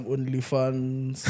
OnlyFans